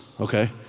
okay